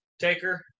Taker